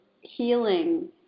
healing